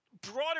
Broader